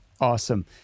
Awesome